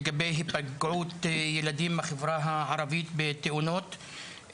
לגבי היפגעות ילדים בחברה הערבית בתאונות,